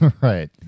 Right